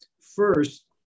First